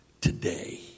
today